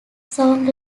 song